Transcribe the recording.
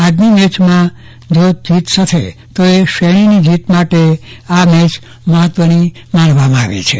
આજની મેચમાં જીત થશે તે શ્રેણીની જીત માટે આ મેચ મહત્વની માનવામાં આવી છે